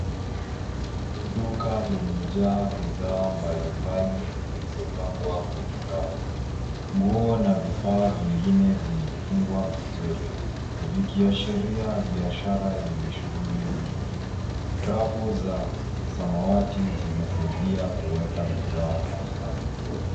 Duka limejaa bidhaa mbali mbali zilizopangwa kwenye rafu. Nguo na vifaa vingine vimefungwa vizuri, vikiashiria biashara yenye shughuli nyingi. Rafu za samawati zinasaidia kuweka bidhaa kwa mpangilio.